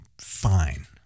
fine